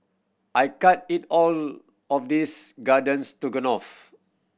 I can't eat all of this Garden Stroganoff